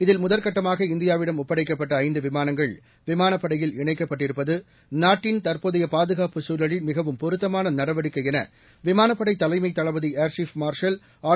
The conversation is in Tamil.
இதில் முதற்கட்டமாக இந்தியாவிடம் ஒப்படைக்கப்பட்ட ஐந்து விமானங்கள் விமானப்படையில் இணைக்கப்பட்டிருப்பது நாட்டின் தற்போதைய பாதுகாப்புச் சூழலில் மிகவும் பொருத்தமான நடவடிக்கை என விமானப்படை தலைமைத் தளபதி ஏர்சீப் மார்ஷல் ஆர்